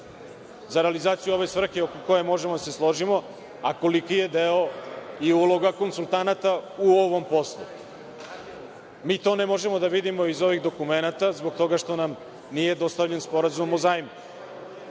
za realizaciju ove svrhe oko koje možemo da se složimo, a koliki je deo i uloga konsultanata u ovom poslu? Mi to ne možemo da vidimo iz ovih dokumenata zbog toga što nam nije dostavljen sporazum o zajmu.